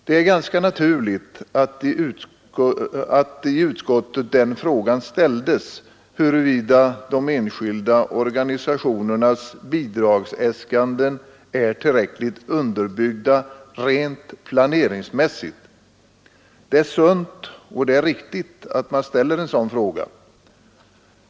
Det är ganska naturligt att i utskottet den frågan ställdes huruvida de enskilda organisationernas bidragsäskanden är tillräckligt underbyggda rent planeringsmässigt. Det är sunt och riktigt att man ställer en sådan fråga.